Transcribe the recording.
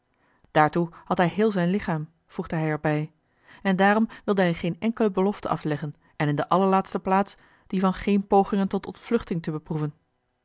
daartoe had hij heel zijn lichaam voegde hij er bij en daarom wilde hij geen enkele belofte afleggen en in de allerlaatste plaats die van geen pogingen tot ontvluchting te beproeven